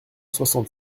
soixante